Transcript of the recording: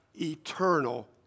eternal